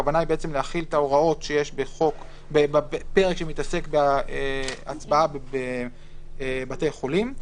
הכוונה להחיל את ההוראות שיש בפרק שמתעסק בהצבעה בבתי חולים,